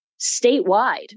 statewide